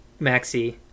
Maxi